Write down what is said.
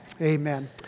Amen